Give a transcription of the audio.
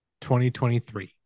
2023